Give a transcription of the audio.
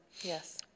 Yes